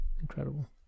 Incredible